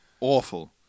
Awful